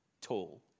tall